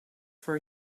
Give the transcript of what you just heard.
for